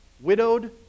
widowed